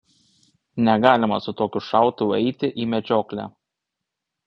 negalima su tokiu šautuvu eiti į medžioklę